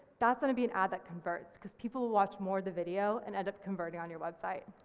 that's gonna be an ad that converts, because people watch more of the video and end up converting on your website.